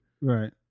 Right